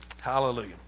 Hallelujah